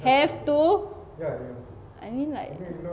have to I mean like